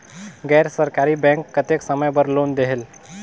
गैर सरकारी बैंक कतेक समय बर लोन देहेल?